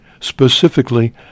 specifically